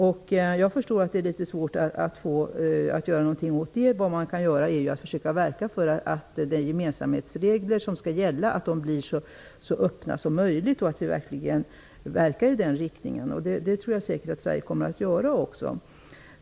Jag förstår att det är svårt att göra något åt det. Men det man kan göra är att försöka verka för att de gemensamma regler som skall gälla blir så öppna som möjligt. Sverige bör verka i den riktningen, vilket jag tror Sverige säkerligen kommer att göra också.